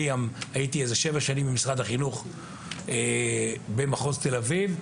הייתי במשך שבע שנים במשרד החינוך במחוז תל אביב,